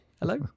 hello